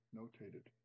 notated